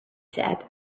said